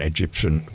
Egyptian